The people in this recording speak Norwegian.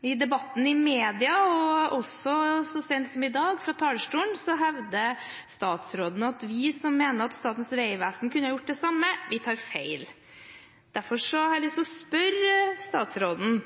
I debatten i media – og også så sent som i dag, fra talerstolen – hevder statsråden at vi som mener at Statens vegvesen kunne gjort det samme, tar feil. Derfor har jeg lyst til å spørre statsråden: